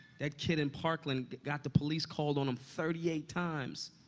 that kid in parkland got the police called on him thirty eight times.